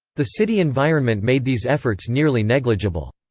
the city environment made these efforts nearly negligible.